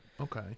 okay